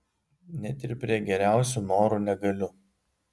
net ir prie geriausių norų negaliu